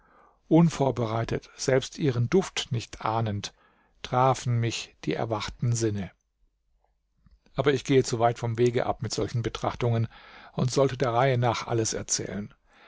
unvorbereitet selbst ihren duft nicht ahnend trafen mich die erwachten sinne aber ich gehe weit vom wege ab mit solchen betrachtungen und sollte der reihe nach alles erzählen